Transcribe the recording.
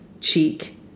cheek